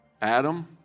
Adam